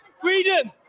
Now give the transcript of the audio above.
Freedom